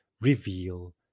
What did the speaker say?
reveal